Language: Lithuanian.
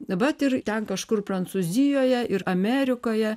vat ir ten kažkur prancūzijoje ir amerikoje